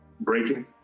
breaking